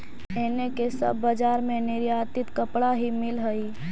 एने के सब बजार में निर्यातित कपड़ा ही मिल हई